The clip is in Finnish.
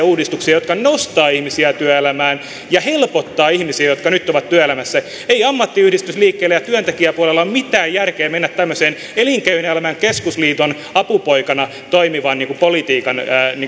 uudistuksia jotka nostavat ihmisiä työelämään ja helpottavat ihmisiä jotka nyt ovat työelämässä ei ammattiyhdistysliikkeellä ja työntekijäpuolella ole mitään järkeä mennä tämmöisen elinkeinoelämän keskusliiton apupoikana toimivan politiikan